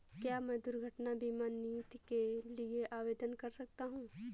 क्या मैं दुर्घटना बीमा नीति के लिए आवेदन कर सकता हूँ?